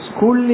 School